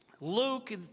Luke